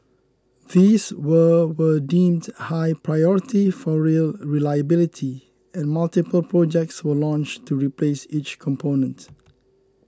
these were were deemed high priority for rail reliability and multiple projects were launched to replace each component